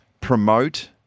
promote